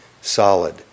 solid